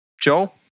Joel